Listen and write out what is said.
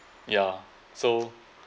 ya so